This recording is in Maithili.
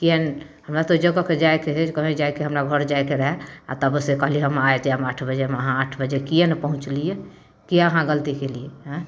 किएक हमरा तऽ ओहि जगहपर जाइके हइ कहीँ जाइके हमरा घर जाइके रहै आओर तब से कहली हम आइ जाएब आठ बजेमे अहाँ आठ बजे किएक नहि पहुँचलिए किएक अहाँ गलती केलिए अँए